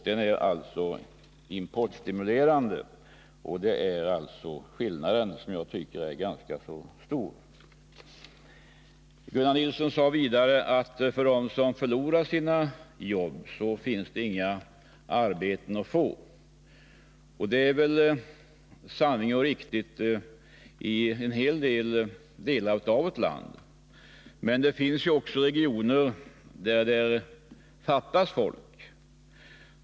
Den är importstimulerande — det är alltså skillnaden. Och den tycker jag är ganska stor. Gunnar Nilsson sade också att för dem som förlorar sina jobb vidare finns det inga nya arbeten att få. Det är väl sant och riktigt i många delar av vårt land, men det finns också regioner där det fattas folk.